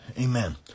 Amen